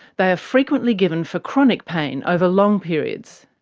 they are frequently given for chronic pain over long periods.